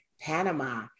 Panama